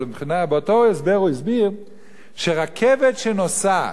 אבל באותו הסבר הוא הסביר שרכבת שנוסעת,